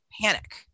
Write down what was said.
panic